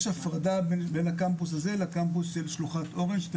הפרדה בין הקמפוס הזה לבין הקמפוס של שלוחת אורן,